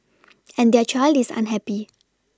and their child is unhappy